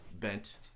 Bent